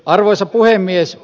arvoisa puhemies